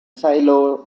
silo